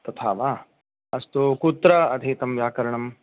तथा वा अस्तु कुत्र अधीतं व्याकरणम्